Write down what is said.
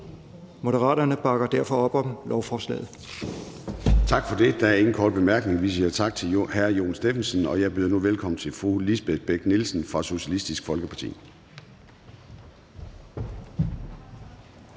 Moderaterne bakker derfor op om lovforslaget. Kl. 10:28 Formanden (Søren Gade): Tak for det. Der er ingen korte bemærkninger. Vi siger tak til hr. Jon Stephensen, og jeg byder nu velkommen til fru Lisbeth Bech-Nielsen fra Socialistisk Folkeparti.